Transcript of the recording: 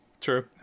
True